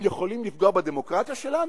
הם יכולים לפגוע בדמוקרטיה שלנו?